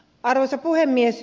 arvoisa puhemies